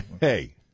hey